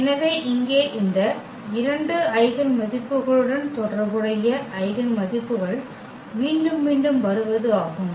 எனவே இங்கே இந்த 2 ஐகென் மதிப்புக்களுடன் தொடர்புடைய ஐகென் மதிப்புகள் மீண்டும் மீண்டும் வருவது ஆகும்